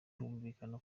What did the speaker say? humvikana